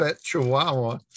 chihuahua